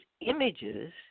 images